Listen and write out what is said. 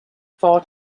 four